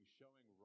showing